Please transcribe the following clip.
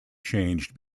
changed